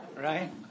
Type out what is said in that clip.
Right